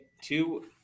Two